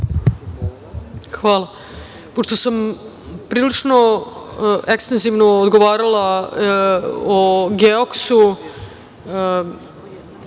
Hvala. Pošto sam prilično ekstenzivno odgovarala o „Geoksu“